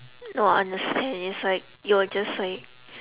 no I understand it's like you are just like